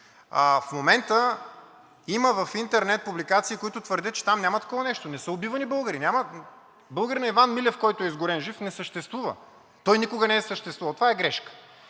В момента в интернет има публикации, които твърдят, че там няма такова нещо – не са убивани българи, няма. Българинът Иван Милев, който е изгорен жив, не съществува, той никога не е съществувал, това е грешка.